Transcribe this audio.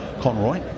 Conroy